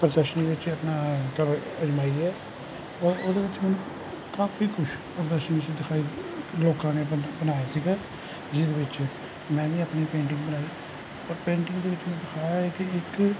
ਪ੍ਰਦਰਸ਼ਨੀ ਵਿਚ ਆਪਣਾ ਘਰ ਅਜਮਾਈ ਹੈ ਉਹ ਉਹਦੇ ਵਿੱਚ ਮੈਨੂੰ ਕਾਫੀ ਕੁਛ ਪ੍ਰਦਰਸ਼ਨੀ 'ਚ ਦਿਖਾਈ ਲੋਕਾਂ ਨੇ ਬਣ ਬਣਾਇਆ ਸੀਗਾ ਜਿਹਦੇ ਵਿੱਚ ਮੈਂ ਵੀ ਆਪਣੀ ਪੇਂਟਿੰਗ ਬਣਾਈ ਪ ਪੇਂਟਿੰਗ ਦੇ ਵਿਚ ਮੈਂ ਦਿਖਇਆ ਹੈ ਕਿ ਇੱਕ